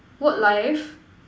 work life